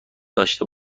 داشته